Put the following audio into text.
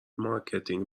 مارکتینگ